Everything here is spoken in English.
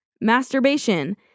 Masturbation